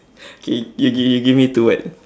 okay you give me you give me two word